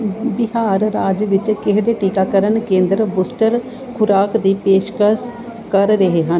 ਬਿਹਾਰ ਰਾਜ ਵਿੱਚ ਕਿਹੜੇ ਟੀਕਾਕਰਨ ਕੇਂਦਰ ਬੂਸਟਰ ਖੁਰਾਕ ਦੀ ਪੇਸ਼ਕਸ਼ ਕਰ ਰਹੇ ਹਨ